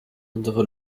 unsere